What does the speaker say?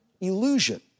illusion